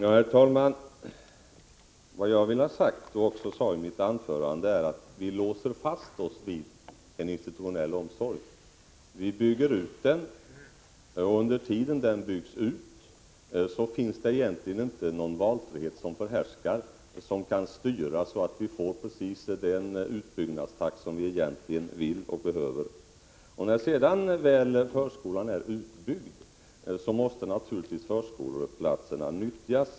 Herr talman! Vad jag ville ha sagt och också sade i mitt anförande är att vi låser fast oss vid en institutionell omsorg. Vi bygger ut den, och under tiden den byggs ut finns det egentligen inte någon valfrihet som kan styra så att vi får precis den utbyggnadstakt som vi egentligen vill och behöver ha. När sedan väl förskolan är utbyggd, måste naturligtvis förskoleplatserna nyttjas.